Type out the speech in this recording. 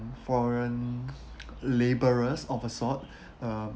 foreign labourers of a sort um